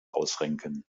ausrenken